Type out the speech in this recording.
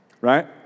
right